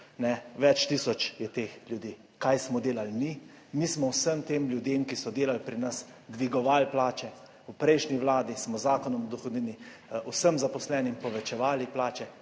Več tisoč je teh ljudi. Kaj smo delali mi? Mi smo vsem tem ljudem, ki so delali pri nas dvigovali plače. V prejšnji Vladi smo z Zakonom o dohodnini vsem zaposlenim povečevali plače.